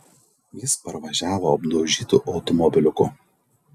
jis parvažiavo apdaužytu automobiliuku